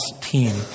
team